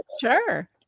Sure